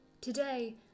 Today